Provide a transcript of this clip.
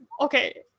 okay